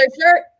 shirt